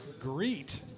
greet